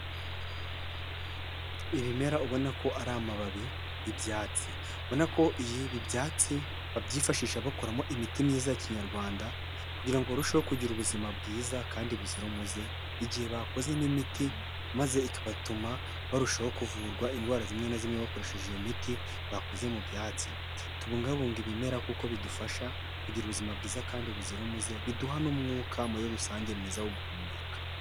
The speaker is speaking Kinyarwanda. Ibimera ubona ko ari amababi, ibyatsi. Ubona ko ibi byatsi babyifashisha bakuramo imiti myiza ya kinyarwanda kugira ngo barusheho kugira ubuzima bwiza kandi buzira umuze, igihe bakozemo imiti maze igatuma barushaho kuvurwa indwara zimwe na zimwe bakoresheje iyo miti bakoze mu byatsi. Tubungabunge ibimera kuko bidufasha kugira ubuzima bwiza kandi buzira umuze, biduha n'umwuka muri rusange mwiza wo guhumeka.